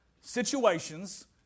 situations